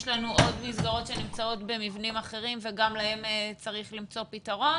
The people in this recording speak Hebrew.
יש לנו עוד מסגרות שנמצאות במבנים אחרים וגם להם צריך למצוא פתרון